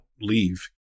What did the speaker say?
leave